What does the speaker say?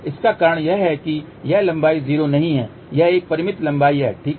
इसका कारण यह है कि यह विशेष लंबाई 0 नहीं है यह एक परिमित लंबाई है ठीक है